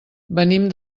venim